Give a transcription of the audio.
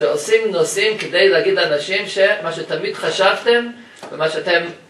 עושים נושאים כדי להגיד לאנשים שמה שתמיד חשבתם ומה שאתם